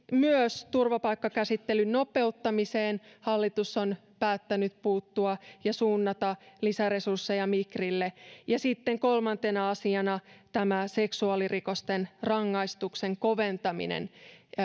myös turvapaikkakäsittelyn nopeuttamiseen hallitus on päättänyt puuttua ja suunnata lisäresursseja migrille ja sitten kolmantena asiana on tämä seksuaalirikosten rangaistusten koventaminen